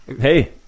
hey